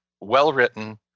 well-written